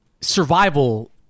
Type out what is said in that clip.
survival